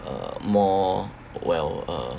uh more well uh